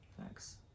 thanks